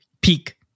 peak